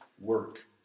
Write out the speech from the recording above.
work